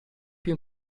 più